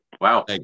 Wow